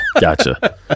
Gotcha